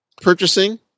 purchasing